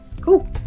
cool